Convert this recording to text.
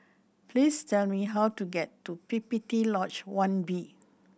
please tell me how to get to P P T Lodge One B